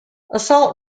assault